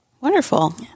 Wonderful